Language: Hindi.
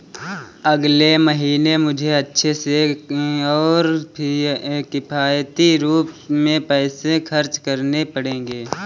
अगले महीने मुझे अच्छे से और किफायती रूप में पैसे खर्च करने पड़ेंगे